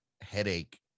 headache